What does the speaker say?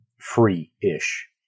free-ish